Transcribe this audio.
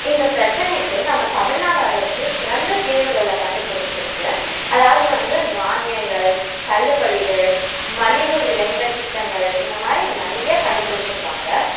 இந்த பிரச்சனைக்கு நம்ம தமிழ்நாடு அரசு சிறந்த தீர்வுகளை கண்டுபுடிச்சிருக்கு அதாவது வந்து மானியங்கள் தள்ளுபடிகள் மலிவு விலை இந்த திட்டங்கள் இந்த மாதிரி நிறைய கண்டுபிடிச்சிருக்காங்க